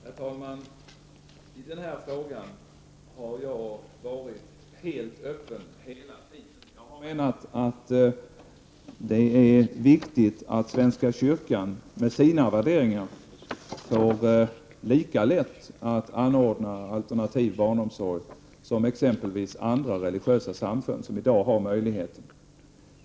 Herr talman! I den här frågan har jag hela tiden varit helt öppen. Jag har menat att det är viktigt att svenska kyrkan med sina värderingar får det lika lätt att anordna alternativ barnomsorg som exempelvis de andra religiösa samfund som i dag har denna möjlighet.